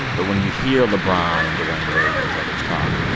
but when you hear lebron and dwyane wade and these others talk,